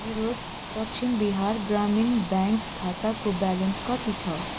मेरो दक्षिण बिहार ग्रामीण ब्याङ्क खाताको ब्यालेन्स कति छ